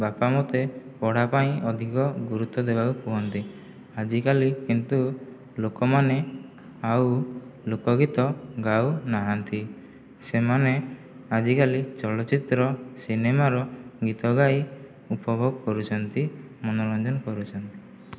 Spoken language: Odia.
ବାପା ମୋତେ ପଢ଼ା ପାଇଁ ଅଧିକ ଗୁରୁତ୍ଵ ଦେବାକୁ କହନ୍ତି ଆଜିକାଲି କିନ୍ତୁ ଲୋକମାନେ ଆଉ ଲୋକଗୀତ ଗାଉନାହାନ୍ତି ସେମାନେ ଆଜିକାଲି ଚଳଚ୍ଚିତ୍ର ସିନେମାର ଗୀତ ଗାଇ ଉପଭୋଗ କରୁଛନ୍ତି ମନୋରଞ୍ଜନ କରୁଛନ୍ତି